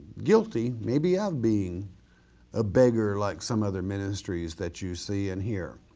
guilty, maybe of being a beggar like some other ministries that you see and hear.